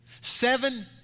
Seven